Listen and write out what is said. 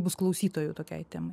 bus klausytojų tokiai temai